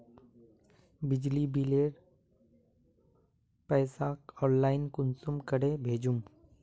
बिजली बिलेर पैसा ऑनलाइन कुंसम करे भेजुम?